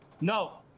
No